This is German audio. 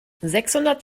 sechshundert